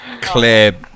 clear